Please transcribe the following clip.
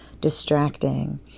distracting